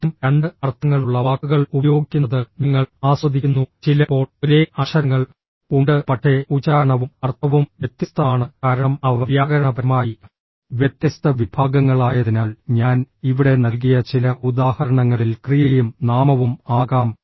എന്നിട്ടും രണ്ട് അർത്ഥങ്ങളുള്ള വാക്കുകൾ ഉപയോഗിക്കുന്നത് ഞങ്ങൾ ആസ്വദിക്കുന്നു ചിലപ്പോൾ ഒരേ അക്ഷരങ്ങൾ ഉണ്ട് പക്ഷേ ഉച്ചാരണവും അർത്ഥവും വ്യത്യസ്തമാണ് കാരണം അവ വ്യാകരണപരമായി വ്യത്യസ്ത വിഭാഗങ്ങളായതിനാൽ ഞാൻ ഇവിടെ നൽകിയ ചില ഉദാഹരണങ്ങളിൽ ക്രിയയും നാമവും ആകാം